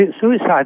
suicide